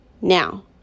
now